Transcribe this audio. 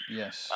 yes